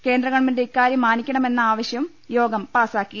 കേന്ദ്ര ഗവൺമെന്റ് ഇക്കാര്യം മാനിക്കണമെന്ന ആവശ്യം യോഗം പാസ്സാക്കി